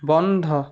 বন্ধ